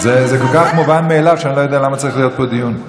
זה כל כך מובן מאליו שאני לא יודע למה צריך להיות פה דיון.